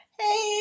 hey